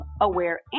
aware